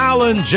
Alan